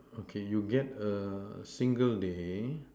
okay you get a single day